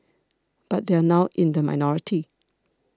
but they are in the minority